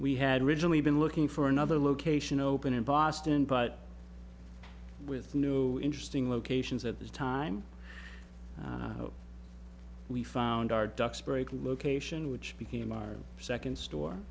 we had originally been looking for another location open in boston but with new interesting locations at this time we found our duxbury location which became our second store